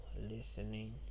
listening